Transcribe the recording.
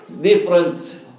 different